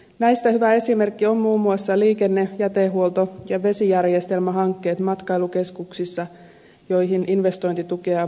näistä hyvä esimerkki ovat muun muassa liikenne jätehuolto ja vesijärjestelmähankkeet matkailukeskuksissa joihin investointitukea on myönnetty lapissa